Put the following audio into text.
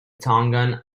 tongan